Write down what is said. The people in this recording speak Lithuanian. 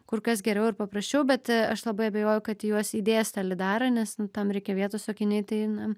kur kas geriau ir paprasčiau bet aš labai abejoju kad į juos įdės tą lidarą nes nu tam reikia vietos o akiniai tai na